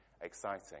exciting